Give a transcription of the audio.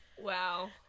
Wow